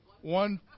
One